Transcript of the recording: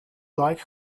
like